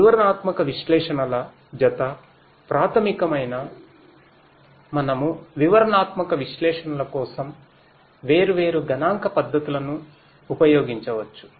వివరణాత్మక విశ్లేషణల జత ప్రాథమికమైన మనము వివరణాత్మక విశ్లేషణల కోసం వేర్వేరు గణాంక పద్ధతులను ఉపయోగించవచ్చు